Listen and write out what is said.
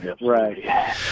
right